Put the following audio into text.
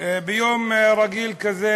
ביום רגיל כזה,